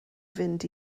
fynd